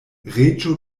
reĝo